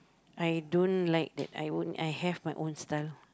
I don't like that I won't I have my own style